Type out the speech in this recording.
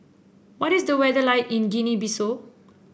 what is the weather like in Guinea Bissau